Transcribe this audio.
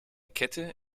kette